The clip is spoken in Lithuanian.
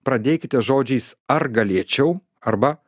pradėkite žodžiais ar galėčiau arba